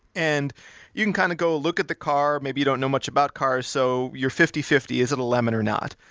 and you can kind of go look at the car, maybe you don't know much about cars, so you're fifty fifty, is it a lemon or not,